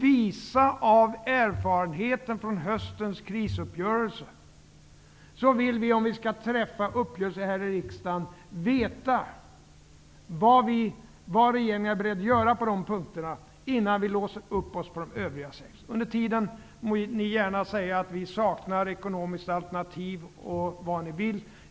Visa av erfarenheter från hösten krisuppgörelse vill vi, om vi skall träffa uppgörelser här i riksdagen, veta vad regeringen är beredd att göra på dessa punkter innan vi låser upp oss på de övriga. Under tiden må ni gärna säga att saknar ekonomiskt alternativ och vad ni vill.